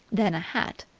then a hat,